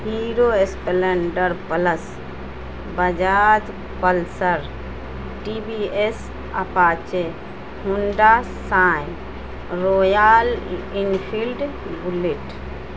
hero Splendor Plus Bajaj Pulsar T V S Apache Honda سائ Royal Enfield Bullet